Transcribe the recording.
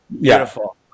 beautiful